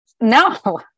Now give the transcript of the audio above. No